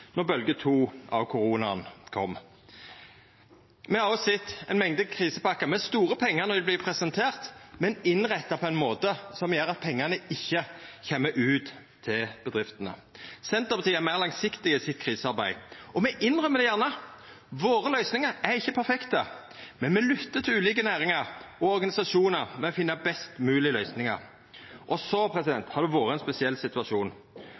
to av koronaen kom. Me har òg sett ei mengd krisepakkar med store pengar når dei vert presenterte, men som er innretta på ein måte som gjer at pengane ikkje kjem ut til bedriftene. Senterpartiet er meir langsiktige i sitt krisearbeid. Og me innrømmer det gjerne: Våre løysingar er ikkje perfekte. Men me lyttar til ulike næringar og organisasjonar for å finna best moglege løysingar. Det har vore ein spesiell situasjon